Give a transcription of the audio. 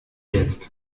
jetzt